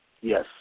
Yes